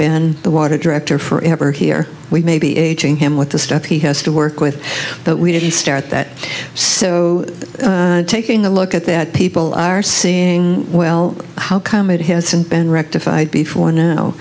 been the water director forever here we may be aging him with the stuff he has to work with but we didn't start that so taking a look at that people are saying well how come it hasn't been rectified